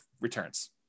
returns